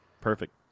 Perfect